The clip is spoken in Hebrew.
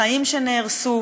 חיים שנהרסו.